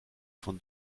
von